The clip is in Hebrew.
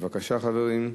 בבקשה, חברים.